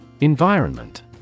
Environment